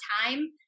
time